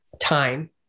time